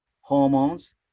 hormones